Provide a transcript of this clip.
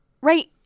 Right